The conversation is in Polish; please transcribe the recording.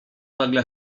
nagle